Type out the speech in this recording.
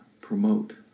promote